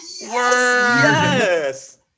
yes